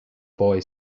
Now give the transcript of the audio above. boy